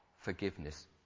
forgiveness